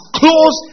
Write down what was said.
close